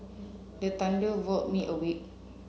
the thunder walk me awake